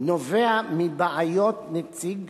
נובע מבעיית נציג